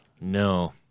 No